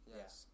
yes